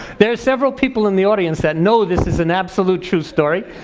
there's several people in the audience that know this is an absolute true story.